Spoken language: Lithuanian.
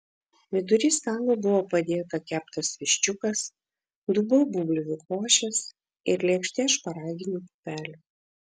vidury stalo buvo padėta keptas viščiukas dubuo bulvių košės ir lėkštė šparaginių pupelių